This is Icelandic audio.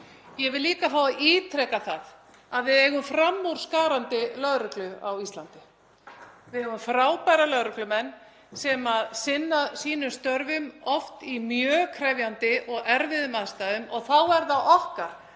Ég vil líka fá að ítreka að við eigum framúrskarandi lögreglu á Íslandi, við eigum frábæra lögreglumenn sem sinna sínum störfum oft í mjög krefjandi og erfiðum aðstæðum og þá er það